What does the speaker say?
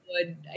good